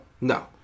No